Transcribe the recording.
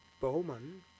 Bowman